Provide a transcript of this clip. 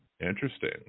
Interesting